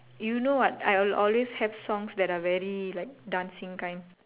you know what I will always have songs that are very like dancing kind